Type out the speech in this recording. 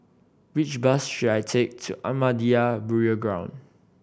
which bus should I take to Ahmadiyya Burial Ground